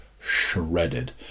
shredded